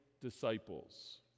disciples